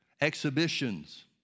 exhibitions